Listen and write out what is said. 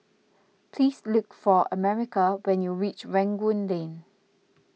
please look for America when you reach Rangoon Lane